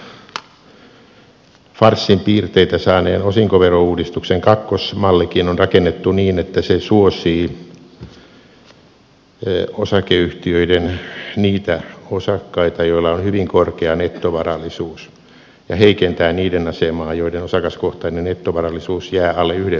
tämä hallituksen farssin piirteitä saaneen osinkoverouudistuksen kakkosmallikin on rakennettu niin että se suosii osakeyhtiöiden niitä osakkaita joilla on hyvin korkea nettovarallisuus ja heikentää niiden asemaa joiden osakaskohtainen nettovarallisuus jää alle yhden miljoonan euron